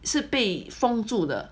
是被封住的